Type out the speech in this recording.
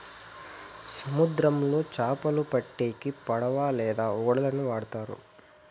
సముద్రంలో చాపలు పట్టేకి పడవ లేదా ఓడలను వాడుతారు